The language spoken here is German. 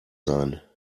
sein